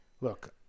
Look